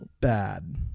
bad